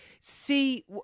see